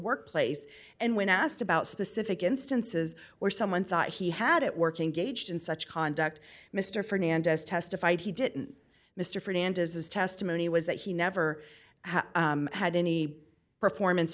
workplace and when asked about specific instances where someone thought he had it working gauged in such conduct mr fernandes testified he didn't mr fernandez his testimony was that he never had any performance